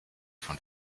von